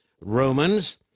Romans